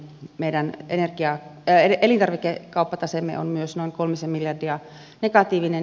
meidän elintarvikekauppataseemme on myös noin kolmisen miljardia negatiivinen